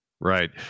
Right